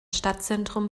stadtzentrum